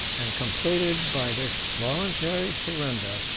and completed, by this voluntary surrender,